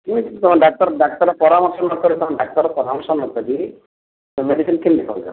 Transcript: ଡାକ୍ତର ଡାକ୍ତର ପରାମର୍ଶ ନକରି ତୁମେ ଡାକ୍ତର ପରାମର୍ଶ ନକରି ତୁମେ ମେଡିସିନ୍ କେମିତି ଖାଉଛ